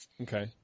Okay